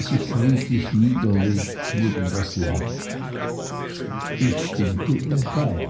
sich friedlich niederlegt neben dem lamm ich stimmte ihr bei